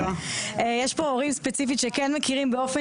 יש פה הורים ספציפית שכן מכירים באופן